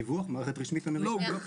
לא ראית?